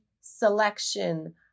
selection